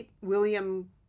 William